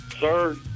sir